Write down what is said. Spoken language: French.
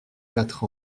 quatre